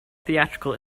theatrical